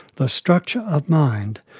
the structure of mind,